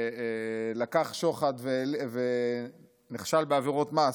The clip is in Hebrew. שלקח שוחד ונחשד בעבירות מס,